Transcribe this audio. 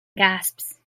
gasps